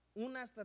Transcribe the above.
una